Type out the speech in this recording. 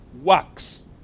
works